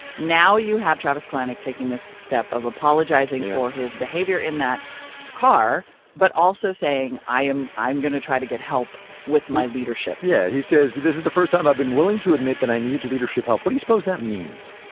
now you have travis kalanick taking this step of apologizing for his behavior in that car but also saying, i am, i'm going to try to get help with my leadership. yeah. he says, this is the first time i've been willing to admit that i need leadership help. what do you suppose that means?